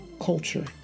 culture